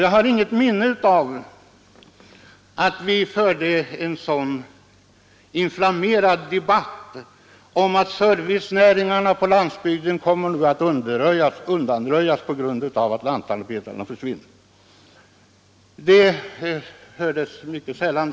Jag har inget minne av att vi förde en så inflammerad debatt då som nu om att servicenäringarna på landsbygden skulle komma att undanröjas på grund av att lantarbetarna försvann. Sådana tongångar hördes mycket sällan.